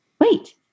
Wait